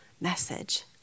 message